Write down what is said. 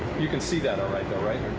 you can see that all right though, right?